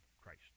Christ